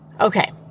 Okay